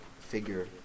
figure